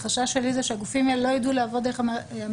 החשש שלי זה שהגופים האלה לא יידעו לעבוד דרך המערכת